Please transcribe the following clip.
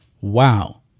Wow